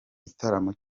gitaramo